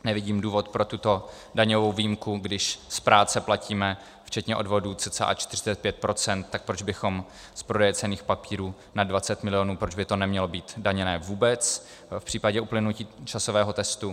Nevidím důvod pro tuto daňovou výjimku, když z práce platíme, včetně odvodů, cca 45 procent, proč bychom z prodeje cenných papírů nad 20 milionů, proč by to nemělo být daněné vůbec v případě uplynutí časového testu.